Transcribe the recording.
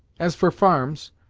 as for farms,